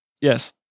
Yes